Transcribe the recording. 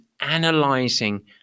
analyzing